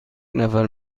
نفر